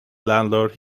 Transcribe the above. landlord